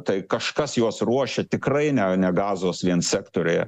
tai kažkas juos ruošė tikrai ne ne gazos vien sektoriuje